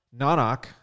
Nanak